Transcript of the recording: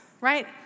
right